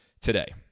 today